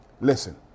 Listen